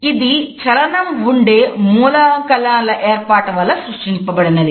ఇది చలనము ఉండే మూలకాల ఏర్పాటు వలన సృష్టించబడినది